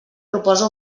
proposa